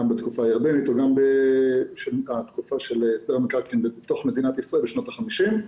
גם בתקופה הירדנית וגם בתקופת הסדר המקרקעין במדינת ישראל בשנות ה-50.